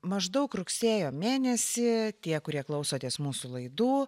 maždaug rugsėjo mėnesį tie kurie klausotės mūsų laidų